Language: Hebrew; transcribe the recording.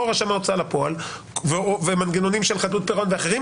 ההוצאה לפועל ומנגנונים של חדלות פירעון ואחרים